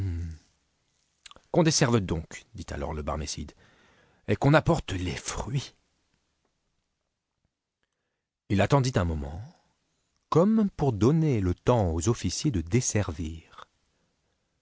qu'on desserve donc dit alors le barmécide et qu'on apporte les fruits ii attendit un moment comme pour donner le temps aux officiers d desservir